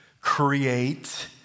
create